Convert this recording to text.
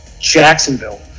Jacksonville